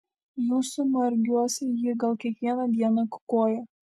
jūsų margiuose ji gal kiekvieną dieną kukuoja